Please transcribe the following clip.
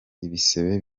ibisebe